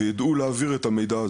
ויידעו להעביר את המידע הזה,